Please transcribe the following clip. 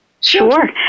Sure